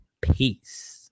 peace